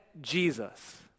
Jesus